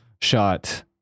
shot